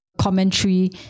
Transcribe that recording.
commentary